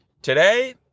Today